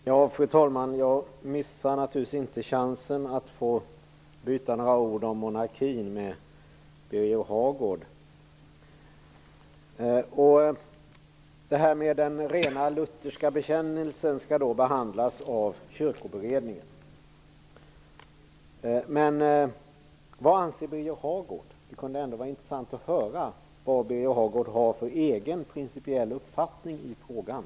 Fru talman! Jag missar naturligtvis inte chansen att få byta några ord med Birger Hagård om monarkin. Frågan om den rena lutherska bekännelsen skall visserligen behandlas av Kyrkoberedningen. Men vad anser Birger Hagård? Det kunde vara intressant att få höra vilken egen principiell uppfattning Birger Hagård har i frågan.